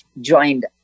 joined